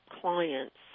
clients